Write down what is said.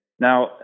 Now